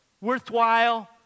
worthwhile